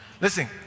Listen